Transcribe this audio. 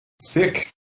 Sick